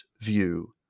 view